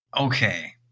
okay